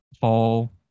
fall